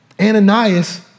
Ananias